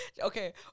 Okay